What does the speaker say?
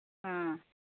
ꯑ